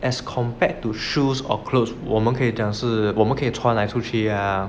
as compared to shoes or closed 我们可以展示我们可以穿来出去 ah